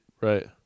Right